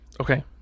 Okay